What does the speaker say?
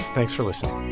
thanks for listening